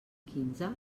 quinze